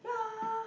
yeah